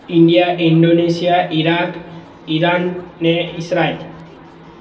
India Indonesia Iraq Iran ને Israel